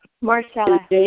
Marcella